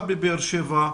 במיוחד בבאר שבע,